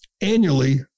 annually